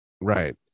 right